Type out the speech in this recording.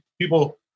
people